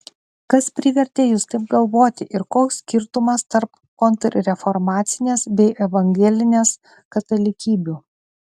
kas privertė jus taip galvoti ir koks skirtumas tarp kontrreformacinės bei evangelinės katalikybių